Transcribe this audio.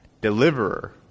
Deliverer